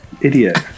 idiot